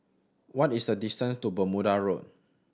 what is the distance to Bermuda Road